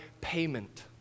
payment